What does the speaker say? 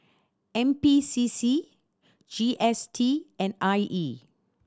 N P C C G S T and I E